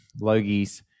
logies